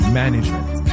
management